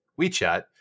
WeChat